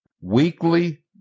weekly